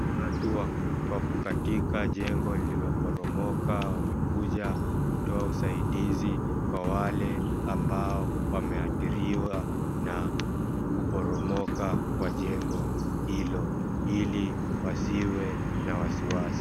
Watu wako katika jengo lililoporomoka. Wamekuja kutoa usaidizi kwa wale ambao wameadhiriwa kwa kuporomoka kwa jengo hilo ili wasiwe na wasiwasi.